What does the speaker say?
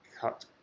cut